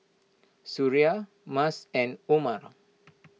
Suria Mas and Umar